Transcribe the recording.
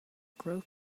growth